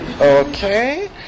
okay